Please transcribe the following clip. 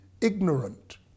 ignorant